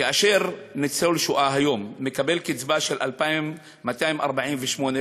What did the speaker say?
כאשר ניצול שואה מקבל היום קצבה של 2,248 ש"ח,